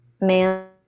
man